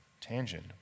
tangent